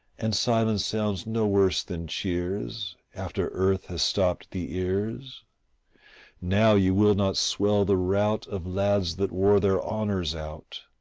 and silence sounds no worse than cheers after earth has stopped the ears now you will not swell the rout of lads that wore their honours out,